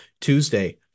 Tuesday